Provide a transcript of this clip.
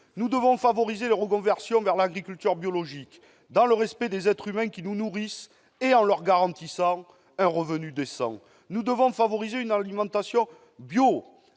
Nous devons favoriser les conversions vers l'agriculture biologique, dans le respect des êtres humains qui nous nourrissent et en leur garantissant un revenu décent. Nous devons favoriser une alimentation bio